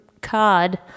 cod